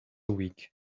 week